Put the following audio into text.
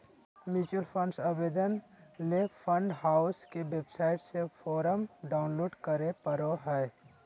mutual fund आवेदन ले fund house के वेबसाइट से फोरम डाऊनलोड करें परो हय